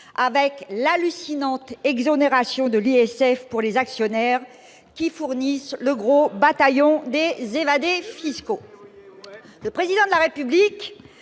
avec l'hallucinante suppression de l'ISF pour les actionnaires, qui fournissent pourtant le gros des bataillons des évadés fiscaux ! Le Président de la République